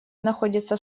находятся